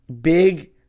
Big